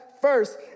first